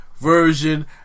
version